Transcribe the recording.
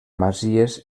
masies